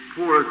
poor